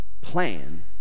plan